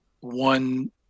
one